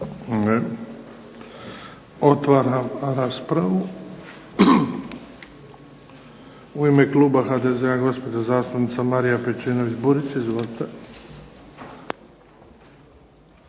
Otvaram raspravu. U ime kluba HDZ-a gospođa zastupnica Marija Pejčinović Burić. Izvolite.